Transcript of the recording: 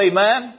Amen